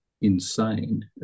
insane